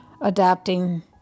adapting